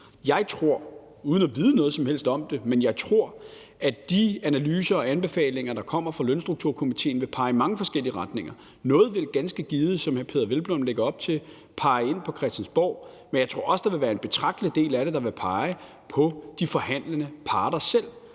Jeg tror – uden at vide noget som helst om det – at de analyser og anbefalinger, der kommer fra Lønstrukturkomitéen, vil pege i mange forskellige retninger. Noget vil ganske givet, som hr. Peder Hvelplund lægger op til, pege ind på Christiansborg, men jeg tror også, at der vil være en betragtelig del af det, der vil pege på de forhandlende parter selv,